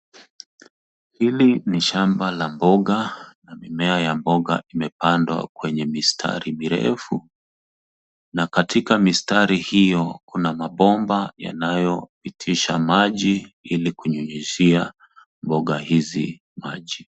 Hili ni shamba la mboga, mimea ya mboga imepandwa kwenye mistari mirefu. Na katika mistari hiyo kuna mabomba yanayopitisha maji ili kunyunyizia mboga hizi maji.